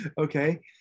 Okay